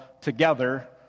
together